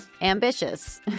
ambitious